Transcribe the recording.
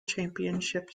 championship